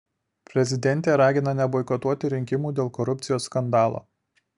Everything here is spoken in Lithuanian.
prezidentė ragina neboikotuoti rinkimų dėl korupcijos skandalo